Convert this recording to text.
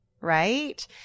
right